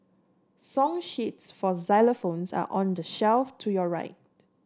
song sheets for xylophones are on the shelf to your right